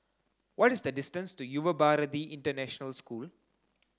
what is the distance to Yuva Bharati International School